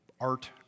art